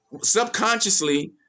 Subconsciously